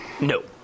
No